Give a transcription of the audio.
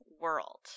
World